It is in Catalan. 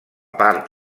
part